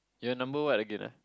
your number what again ah